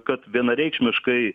kad vienareikšmiškai